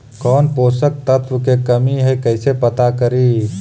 कौन पोषक तत्ब के कमी है कैसे पता करि?